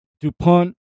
Dupont